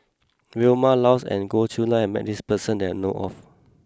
Vilma Laus and Goh Chiew Lye has met this person that I know of